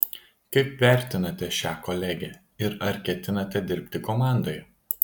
kaip vertinate šią kolegę ir ar ketinate dirbti komandoje